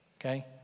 Okay